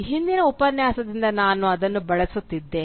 ಹಿಂದಿನ ಉಪನ್ಯಾಸದಿಂದ ನಾನು ಅದನ್ನು ಬಳಸುತ್ತಿದ್ದೇನೆ